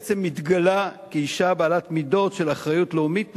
בעצם מתגלה כאשה בעלת מידות של אחריות לאומית נעלה,